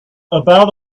about